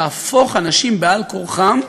תהפוך אנשים על-כורחם,